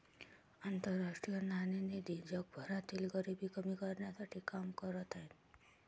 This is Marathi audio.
आंतरराष्ट्रीय नाणेनिधी जगभरातील गरिबी कमी करण्यासाठी काम करत आहे